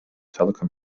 telecom